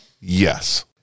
yes